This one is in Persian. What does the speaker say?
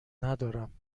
ندارم